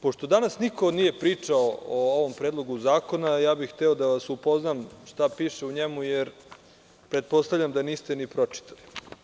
Pošto danas niko nije pričao o ovom predlogu zakona, hteo bih da vas upoznam sa time šta piše u njemu, jer pretpostavljam da ga niste ni pročitali.